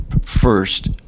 first